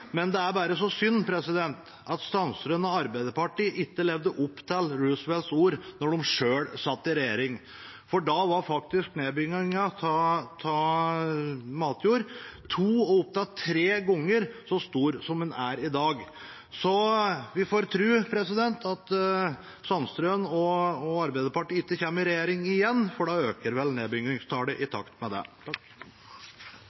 men jeg ble ganske imponert over representanten Sandtrøen, som så fint refererte president Roosevelt. Faktisk hadde Roosevelt et godt poeng, og det hadde også Sandtrøen, det er bare så synd at Sandtrøen og Arbeiderpartiet ikke levde opp til Roosevelts ord da de selv satt i regjering, for da var faktisk nedbyggingen av matjord to, opptil tre, ganger så stor som den er i dag. Så vi får tro at Sandtrøen og Arbeiderpartiet ikke